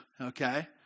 Okay